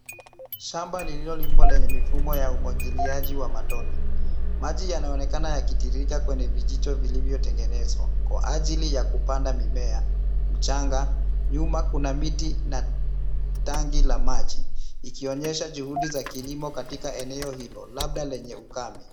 Shamba lililolimwa lenye mifumo wa umwangiliaji wa matone. Maji yanaonekana yakitiririka kwenye vijito vilivyotegenezwa. Kwa ajili ya kupanda mimea michanga. Nyuma kuna miti na tanki la maji likionyesha juhudi za kilimo katika eneo hilo. Labda lenye ukame.